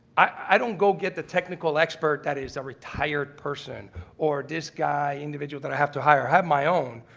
i don't go get the technical expert that is a retired person or this guy, individual that i have to hire, i have my own,